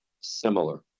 similar